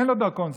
אין לו דרכון זר,